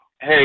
Hey